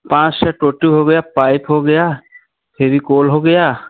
पाँच ठो टोंटी हो गया पाइप हो गया फेविकोल हो गया